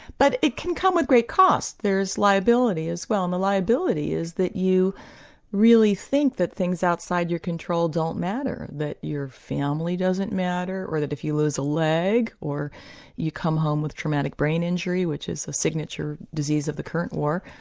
but it can come with great cost. there is liability as well, and the liability is that you really think that things outside your control don't matter, that your family doesn't matter, or that if you lose a leg or you come home with traumatic brain injury which is the signature disease of the current war,